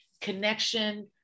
connection